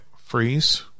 freeze